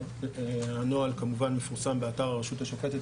הנוהל כמובן מפורסם באתר הרשות השופטת,